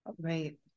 Right